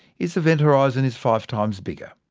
its event horizon is five times bigger.